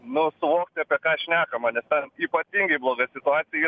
nu suvokti apie ką šnekama nes ten ypatingai bloga situacija